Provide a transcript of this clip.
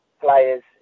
Players